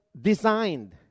designed